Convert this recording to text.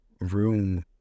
room